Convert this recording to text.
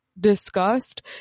discussed